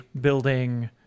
building